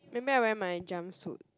maybe I wear my jumpsuit